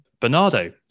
Bernardo